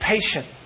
patient